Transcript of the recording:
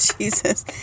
jesus